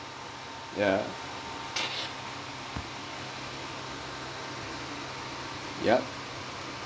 ya yup